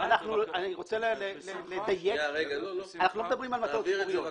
תעביר את זה.